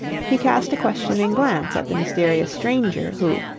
he cast a questioning glance at the mysterious stranger, who,